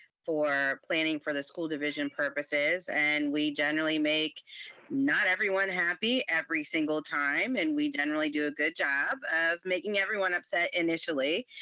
for planning for the school division purposes, and we generally make not everyone happy every single time, and we generally do a good job of making everyone upset initially.